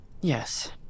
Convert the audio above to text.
Yes